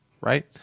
right